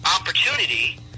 opportunity